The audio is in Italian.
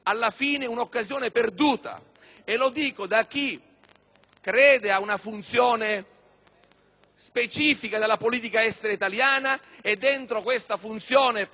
specifica della politica estera italiana e dentro questa funzione particolare anche ad una ragione essenziale per il Sud del Paese.